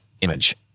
image